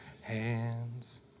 hands